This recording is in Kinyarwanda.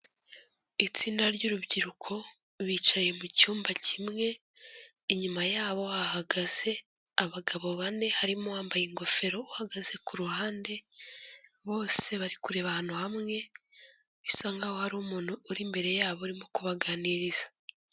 Itsinda ry'urubyiruko bicaye mu cyumba kimwe, inyuma yabo hahagaze abagabo bane, harimo uwambaye ingofero uhagaze ku ruhande, bose bari kureba ahantu hamwe; bisa nk'aho hari umuntu uri imbere yabo urimo kubaganiriza.